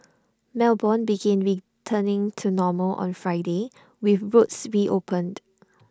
melbourne begin returning to normal on Friday with roads C reopened